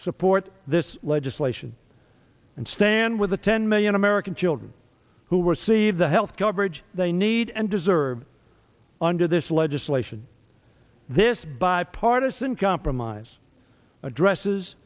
support this legislation and stand with the ten million american children who were see the health coverage they need and deserve under this legislation this bipartisan compromise addresses